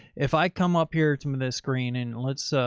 if i come up here to this screen and let's, so